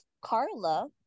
Carla